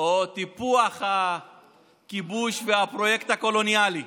או טיפוח הכיבוש והפרויקט הקולוניאלי.